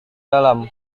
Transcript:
dalam